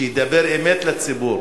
שידבר אמת לציבור,